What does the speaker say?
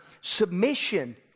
submission